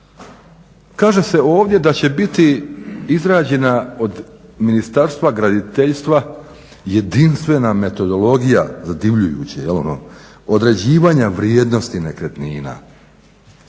Kaže se ovdje da će biti izrađena od Ministarstva graditeljstva jedinstvena metodologije, zadivljujuće ono, određivanja vrijednosti nekretnina.